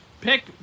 pick